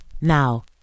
Now